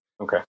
Okay